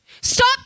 Stop